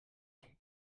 sont